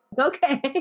Okay